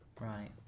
right